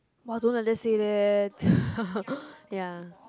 !wow! don't like that say leh ya